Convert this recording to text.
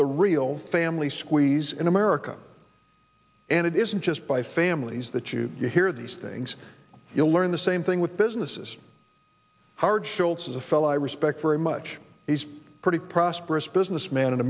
the real family squeeze in america and it isn't just by families that you hear these things you'll learn the same thing with businesses howard schultz is a fellow i respect very much he's pretty prosperous businessman in